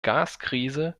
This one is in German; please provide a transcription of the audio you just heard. gaskrise